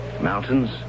mountains